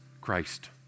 Christ